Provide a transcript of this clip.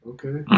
Okay